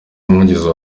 umuvugizi